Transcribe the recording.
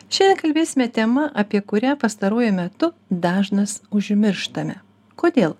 šiandien kalbėsime tema apie kurią pastaruoju metu dažnas užmirštame kodėl